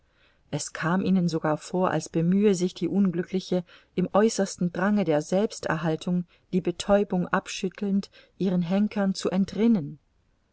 es kam ihnen sogar vor als bemühe sich die unglückliche im äußersten drange der selbsterhaltung die betäubung abschüttelnd ihren henkern zu entrinnen